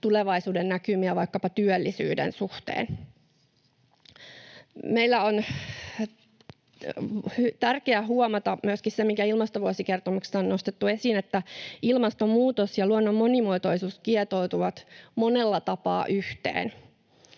tulevaisuudennäkymiä vaikkapa työllisyyden suhteen. Meillä on tärkeää huomata myöskin se, mikä ilmastovuosikertomuksessa on nostettu esiin, että ilmastonmuutos ja luonnon monimuotoisuus kietoutuvat monella tapaa yhteen.